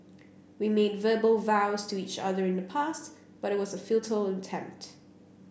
we made verbal vows to each other in the past but it was a futile attempt